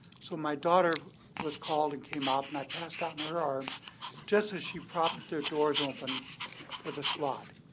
so my daughter was called and came out, and i passed out in her arms just as she propped the doors open for the squad.